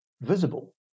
visible